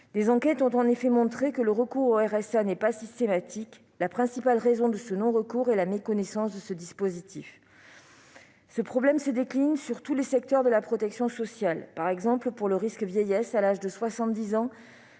Des enquêtes ont en effet montré que le recours au RSA n'est pas systématique, en raison, principalement, de la méconnaissance de ce dispositif. Ce problème se décline sur tous les secteurs de la protection sociale. Par exemple, pour le risque vieillesse, à l'âge de 70 ans,